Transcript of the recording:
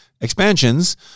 expansions